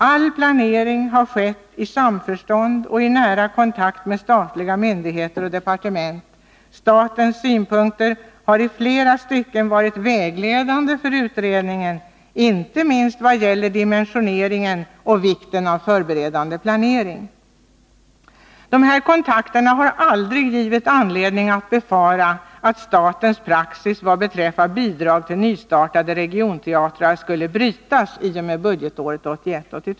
All planering har skett i samförstånd och i nära kontakt 4l med statliga myndigheter och departement. Statens synpunkter har i flera stycken varit vägledande för utredningen, inte minst vad gäller dimensioneringen och vikten av förberedande planering. Dessa kontakter har aldrig givit anledning att befara att statens praxis vad beträffar bidrag till nystartade regionteatrar skulle brytas i och med budgetåret 1981/82.